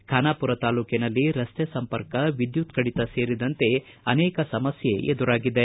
ಖಾನಾಪುರ ತಾಲೂಕಿನಲ್ಲಿ ರಸ್ತೆ ಸಂಪರ್ಕ ವಿದ್ಯುತ್ ಕಡಿತ ಸೇರಿದಂತೆ ಅನೇಕ ಸಮಸ್ಯೆ ಎದುರಾಗಿವೆ